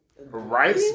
Right